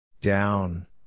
Down